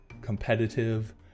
competitive